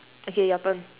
okay your turn